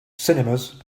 cinemas